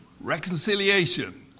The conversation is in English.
Reconciliation